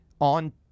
on